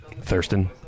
Thurston